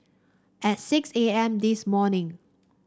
at six A M this morning